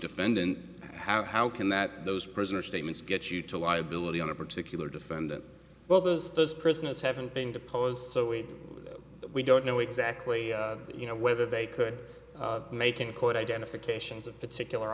defendant how how can that those prisoners statements get you to liability on a particular defendant well those those prisoners haven't been deposed so we we don't know exactly you know whether they could make in court identifications of particular